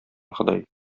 ходай